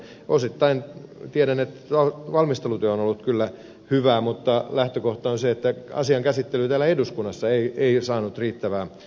osittain tiedän että valmistelutyö on ollut kyllä hyvä mutta lähtökohta on se että asian käsittely täällä eduskunnassa ei saanut riittävää aikaa